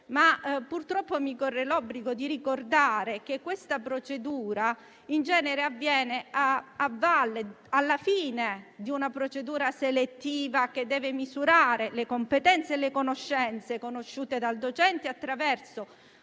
è. Purtroppo mi corre l'obbligo di ricordare che questa procedura in genere avviene a valle, alla fine di una procedura selettiva che deve misurare le competenze e le conoscenze in possesso del docente attraverso